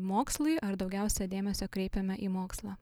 mokslui ar daugiausiai dėmesio kreipiame į mokslą